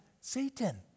Satan